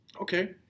Okay